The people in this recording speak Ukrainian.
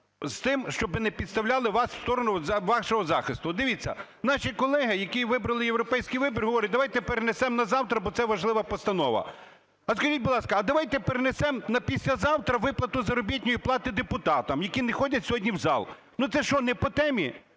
з тим, щоби не підставляли вас в сторону вашого захисту. От, дивіться, наші колеги, які вибрали європейський вибір, говорять, давайте перенесемо на завтра, бо це важлива постанова. От, скажіть, будь ласка, а давайте перенесемо на післязавтра виплату заробітної плати депутатам, які не ходять сьогодні в зал. Ну, це що, не по темі?